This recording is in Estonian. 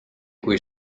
kui